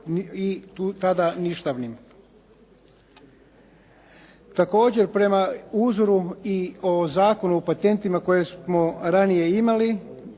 proglasi ništavnim. Također, prema uzoru i o Zakonu o patentima koje smo ranije imali